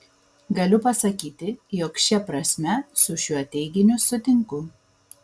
galiu pasakyti jog šia prasme su šiuo teiginiu sutinku